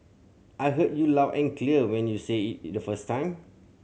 I heard you loud and clear when you said it the first time